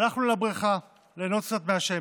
הלכנו לבריכה ליהנות קצת מהשמש.